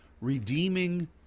redeeming